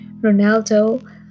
Ronaldo